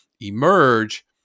emerge